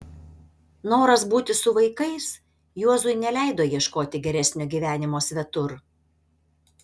noras būti su vaikais juozui neleido ieškoti geresnio gyvenimo svetur